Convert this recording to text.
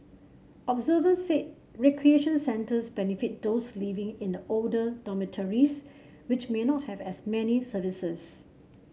observers said recreation centres benefit those living in the older dormitories which may not have as many services